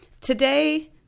today